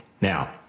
Now